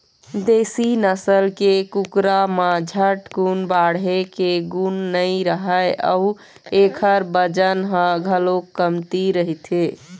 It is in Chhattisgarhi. देशी नसल के कुकरा म झटकुन बाढ़े के गुन नइ रहय अउ एखर बजन ह घलोक कमती रहिथे